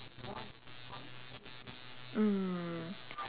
mm